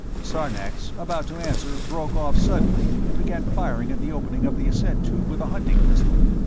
sarnax, about to answer, broke off suddenly and began firing at the opening of the ascent tube with a hunting pistol.